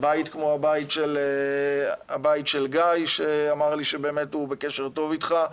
בית כמו הבית של גיא שאמר לי שהוא בקשר טוב איתך,